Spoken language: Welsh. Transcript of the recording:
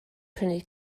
prynu